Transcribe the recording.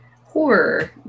horror